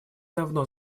давно